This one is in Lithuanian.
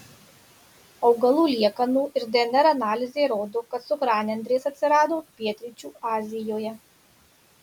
augalų liekanų ir dnr analizė rodo kad cukranendrės atsirado pietryčių azijoje